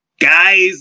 guys